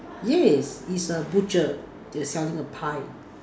yes it's a butcher they're selling a pie